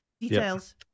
details